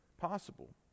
possible